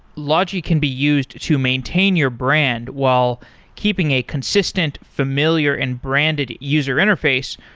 logi can be used to maintain your brand while keeping a consistent, familiar and branded user interface,